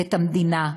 את המדינה.